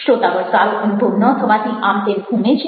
શ્રોતાગણ સારો અનુભવ ન થવાથી આમતેમ ઘૂમે છે